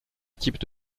équipes